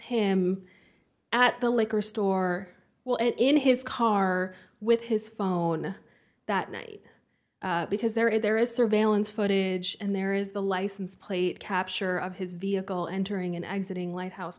him at the liquor store well in his car with his phone that night because there is there is surveillance footage and there is the license plate capture of his vehicle entering and exiting lighthouse